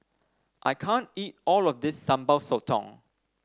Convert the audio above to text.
I can't eat all of this Sambal Sotong